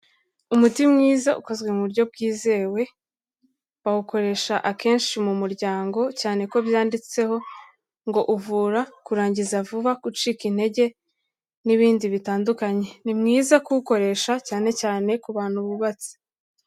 Umuti mwiza ukozwe mu buryo bwizewe, bawukoresha akenshi mu muryango cyane ko byanditseho ngo "uvura kurangiza vuba, gucika intege", n'ibindi bitandukanye, ni mwiza kuwukoresha cyane cyane ku bantu bubatse.